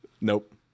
Nope